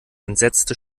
entsetzte